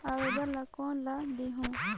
आवेदन ला कोन ला देहुं?